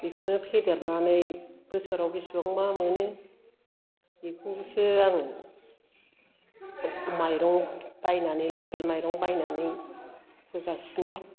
बिखौनो फेदेरनानै बोसोराव बेसेबांबा मोनो बेखौसो आं माइरं बायनानै लकेल माइरं बायनानै होगासिनो